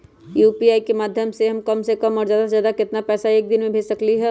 UPI के माध्यम से हम कम से कम और ज्यादा से ज्यादा केतना पैसा एक दिन में भेज सकलियै ह?